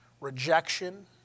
rejection